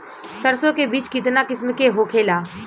सरसो के बिज कितना किस्म के होखे ला?